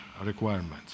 requirements